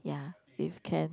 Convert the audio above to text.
ya if can